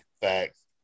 facts